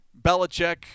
Belichick